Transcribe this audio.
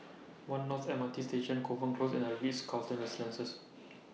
one North M R T Station Kovan Close and The Ritz Carlton Residences